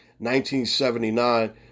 1979